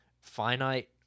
finite